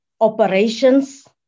operations